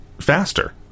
faster